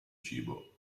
cibo